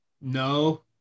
no